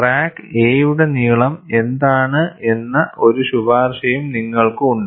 crack a യുടെ നീളം എന്താണ് എന്ന ഒരു ശുപാർശയും നിങ്ങൾക്ക് ഉണ്ട്